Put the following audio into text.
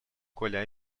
коля